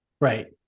right